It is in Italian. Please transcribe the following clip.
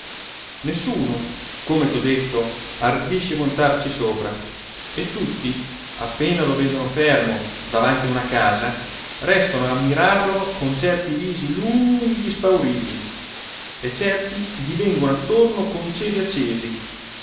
nessuno come t'ho detto ardisce montarci sopra e tutti appena lo vedono fermo davanti a una casa restano a mirarlo con certi visi lunghi spauriti e certi gli vengono attorno coi ceri accesi